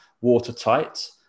watertight